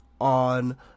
on